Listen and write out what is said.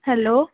hello